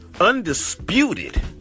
Undisputed